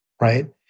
right